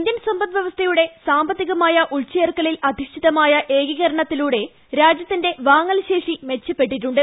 Indian സൂമ്പദ്വ്യവസ്ഥയുടെ സാമ്പത്തികമായ ഉൾച്ചേർക്ക ലിൽ അധിഷ്ഠിതമായ ഏകീകരണത്തിലൂടെ രാജ്യത്തിന്റെ വാങ്ങൽ ശേഷി മെച്ചപ്പെട്ടിട്ടുണ്ട്